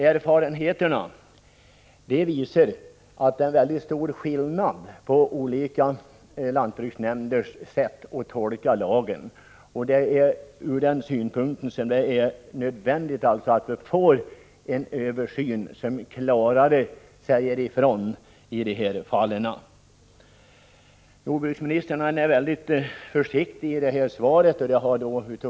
Erfarenheten visar att det är väldigt stor skillnad på hur olika lantbruksnämnder tolkar lagen, och det är därför nödvändigt med en översyn, så att man får klarare regler. Jordbruksministern är mycket försiktig i sitt svar.